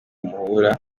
muhura